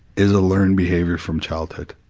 is a learned behavior from childhood.